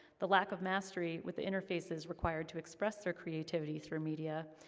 the lack of mastery with the interfaces required to express their creativity through media,